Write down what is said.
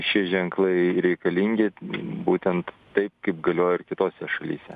šie ženklai reikalingi būtent taip kaip galioja ir kitose šalyse